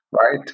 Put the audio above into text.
right